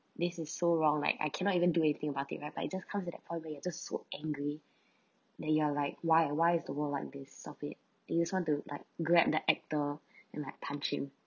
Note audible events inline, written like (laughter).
this is so wrong like I cannot even do anything about it right but it just come to that point where you just so angry (breath) that you are like why why is the world like this stop it you just want to like grab the actor (breath) and like punch him